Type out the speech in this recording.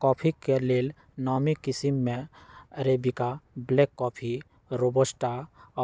coffee के लेल नामी किशिम में अरेबिका, ब्लैक कॉफ़ी, रोबस्टा